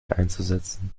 einzusetzen